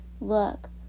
Look